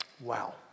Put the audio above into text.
Wow